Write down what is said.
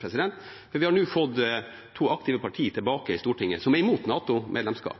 debatt, for vi har nå igjen to aktive parti i Stortinget som er imot NATO-medlemskap.